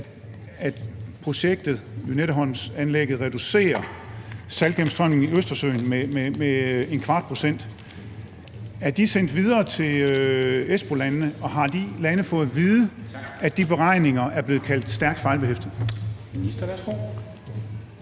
at projektet, Lynetteholmsanlægget, reducerer saltgennemstrømningen i Østersøen med 0,25 pct, er sendt videre til Espoolandene, og har de lande fået at vide, at de beregninger er blevet kaldt stærkt fejlbehæftede?